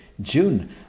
June